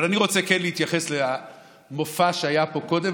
אבל אני רוצה כן להתייחס למופע שהיה פה קודם,